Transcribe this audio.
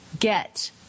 Get